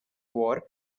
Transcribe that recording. war